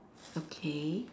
okay